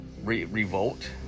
Revolt